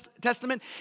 Testament